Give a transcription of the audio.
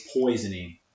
poisoning